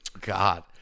god